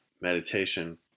meditation